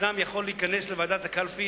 אדם יכול להיכנס לוועדת הקלפי,